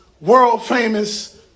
world-famous